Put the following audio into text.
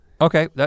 Okay